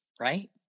right